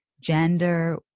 gender